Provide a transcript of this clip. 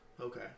Okay